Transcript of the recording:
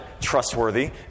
trustworthy